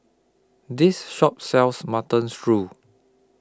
This Shop sells Mutton Stew